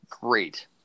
great